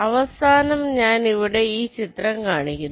അവസാനം ഞാനിവിടെ ഈ ചിത്രം കാണിക്കുന്നു